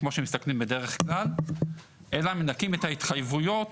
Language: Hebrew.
כמו שמסתכלים בדרך כלל, אלא מנכים את ההתחייבויות